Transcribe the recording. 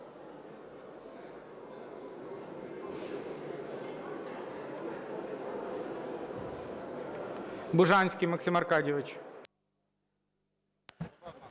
Бужанський Максим Аркадійович.